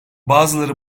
bazıları